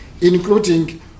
including